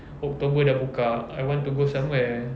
october dah buka I want to go somewhere